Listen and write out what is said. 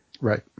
right